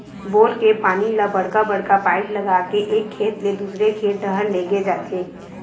bore के पानी ल बड़का बड़का पाइप लगा के एक खेत ले दूसर खेत डहर लेगे जाथे